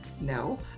No